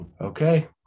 Okay